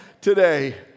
today